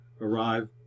arrive